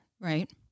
Right